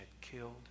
killed